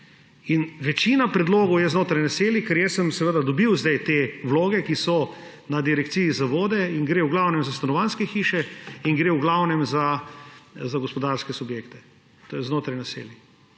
Večina predlogov je znotraj naselij. Jaz sem dobil sedaj te vloge, ki so na Direkciji za vode in gre v glavnem za stanovanjske hiše in gre v glavnem za gospodarske subjekte znotraj naselij.